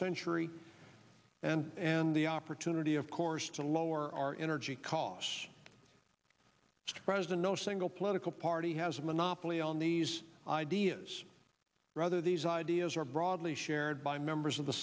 century and and the opportunity of course to lower our energy costs are present no single political party has a monopoly on these ideas rather these ideas are broadly shared by members of the